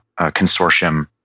consortium